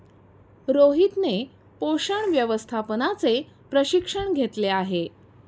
रोहितने पोषण व्यवस्थापनाचे प्रशिक्षण घेतले आहे